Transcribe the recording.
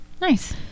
nice